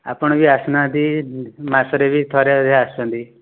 ଆପଣ ବି ଆସୁ ନାହାନ୍ତି ମାସରେ ବି ଥରେ ଅଧେ ଆସୁଛନ୍ତି